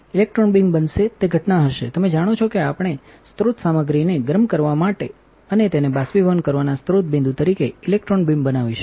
electron beam બનશે તે ઘટના હશે તમે જાણો છો કે આપણે સ્રોત સામગ્રીને ગરમ કરવા અને તેને બાષ્પીભવન કરવાના સ્રોત બિંદુ તરીકે ઇલેક્ટ્રોન બીમ બનાવીશું